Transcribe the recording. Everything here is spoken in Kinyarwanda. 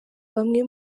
bamwe